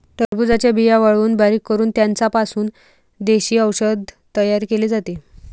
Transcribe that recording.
टरबूजाच्या बिया वाळवून बारीक करून त्यांचा पासून देशी औषध तयार केले जाते